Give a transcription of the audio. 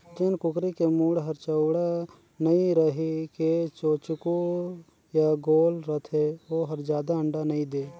जेन कुकरी के मूढ़ हर चउड़ा नइ रहि के चोचकू य गोल रथे ओ हर जादा अंडा नइ दे